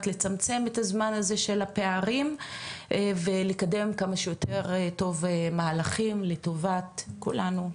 לצמצם את הזמן הזה של הפערים ולקדם כמה שיותר טוב מהלכים לטובת כולנו,